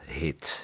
hit